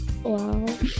Wow